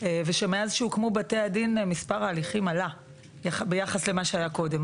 ושמאז שהוקמו בתי הדין מספר ההליכים עלה ביחס למה שהיה קודם.